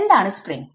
എന്താണ് സ്പ്രിംഗ്